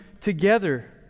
together